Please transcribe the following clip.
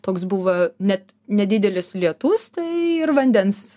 toks buvo net nedidelis lietus tai ir vandens